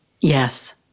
Yes